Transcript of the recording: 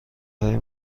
های